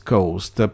Coast